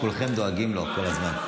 שכולכם דואגים לו כל הזמן.